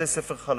בבתי-ספר חלשים.